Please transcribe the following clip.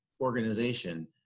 organization